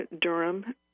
Durham